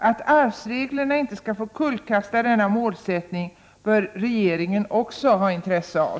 Att arvsreglerna inte skall få kullkasta denna målsättning bör regeringen också ha intresse av.